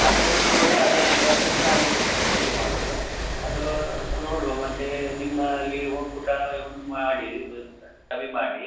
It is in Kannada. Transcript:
ಅದನ್ನು ನೋಡಿ ಅದರ ಮುಖಾಂತರ ನಾವು ಇದು ಮಾಡುವುದು ಅದು ನೋಡುವ ಮತ್ತು ನಿಮ್ಮ ಅಲ್ಲಿ ಒಕ್ಕೂಟ ಒಂದು ಮಾಡಿ ಸರಿ ಮಾಡಿ